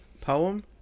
Poem